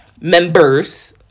members